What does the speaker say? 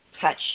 touch